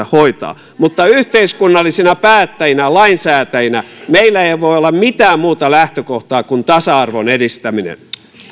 hoitaa mutta yhteiskunnallisina päättäjinä lainsäätäjinä meillä ei voi olla mitään muuta lähtökohtaa kuin tasa arvon edistäminen